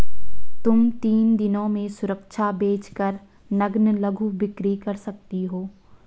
तुम तीन दिनों में सुरक्षा बेच कर नग्न लघु बिक्री कर सकती हो